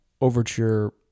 Overture